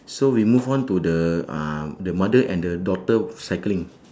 so we move on to the uh the mother and the daughter cycling